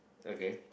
okay